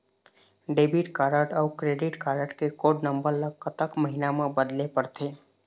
Debit card अऊ credit card के code number ला कतक महीना मा बदले पड़थे?